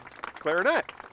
clarinet